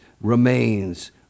remains